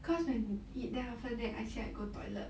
cause when we eat then after that I say I go toilet